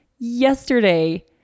yesterday